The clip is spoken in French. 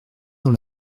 dans